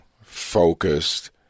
focused